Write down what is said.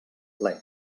ple